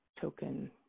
token